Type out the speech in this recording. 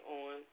on